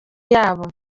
yabo